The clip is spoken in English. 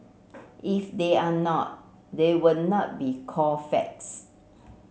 if they are not they would not be called facts